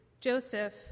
Joseph